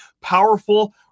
Powerful